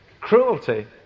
cruelty